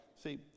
See